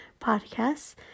podcasts